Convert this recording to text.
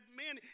man